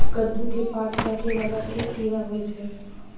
कद्दू केँ पात चाटय वला केँ कीड़ा होइ छै?